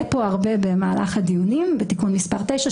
כאן הרבה במהלך הדיונים בתיקון מספר 9,